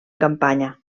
campanya